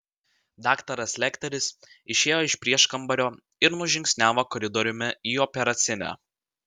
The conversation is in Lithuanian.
daktaras lekteris išėjo iš prieškambario ir nužingsniavo koridoriumi į operacinę